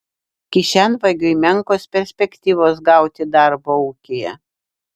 kišenvagiui menkos perspektyvos gauti darbo ūkyje